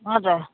हजुर